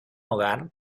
hogar